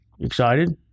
Excited